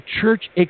church